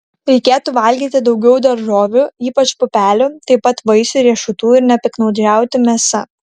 reikėtų valgyti daugiau daržovių ypač pupelių taip pat vaisių riešutų ir nepiktnaudžiauti mėsa